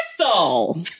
Crystal